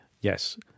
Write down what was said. Yes